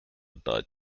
died